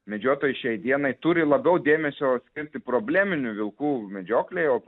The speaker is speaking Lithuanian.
medžiotojai šiai dienai turi labiau dėmesio skirti probleminių vilkų medžioklei o